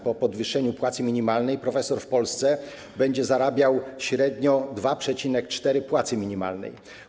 Po podwyższeniu płacy minimalnej profesor w Polsce będzie zarabiał średnio 2,4 płacy minimalnej.